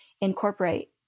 incorporate